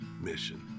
mission